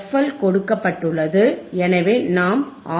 L கொடுக்கப்பட்டுள்ளது எனவே நாம் ஆர்